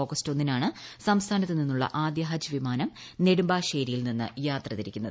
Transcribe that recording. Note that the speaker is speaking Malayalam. ആഗ്സ്റ്റ് ഒന്നിനാണ് സംസ്ഥാനത്തുനിന്നുള്ള ആദ്യ ഹജ്ജ് വിമാനം നെട്ടുമ്പാശ്ശേരിയിൽ നിന്ന് യാത്രതിരിക്കുന്നത്